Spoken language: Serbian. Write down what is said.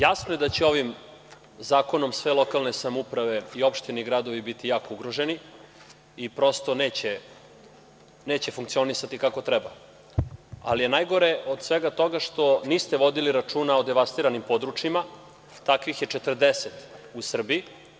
Jasno je da će ovim zakonom sve lokalne samouprave i opštine i gradovi biti jako ugroženi i prosto, neće funkcionisati kako treba, ali je najgore od svega toga što niste vodili računa o devastiranim područjima, a takvih je 40 u Srbiji.